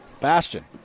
Bastion